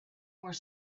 were